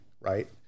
right